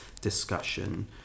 discussion